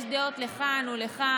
יש דעות לכאן ולכאן.